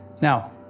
Now